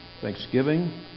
thanksgiving